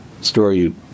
story